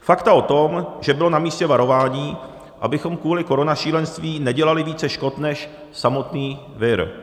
Fakta o tom, že bylo namístě varování, abychom kvůli korona šílenství nedělali více škod než samotný vir.